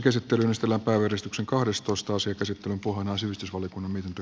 käsittelyn pohjana on sivistysvaliokunnan mietintö